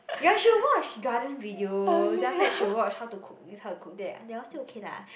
ya she will watch garden video then after that she will watch how to cook this how to cook that that one still okay lah